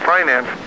Finance